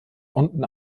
unten